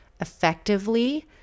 effectively